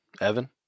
Evan